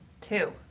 two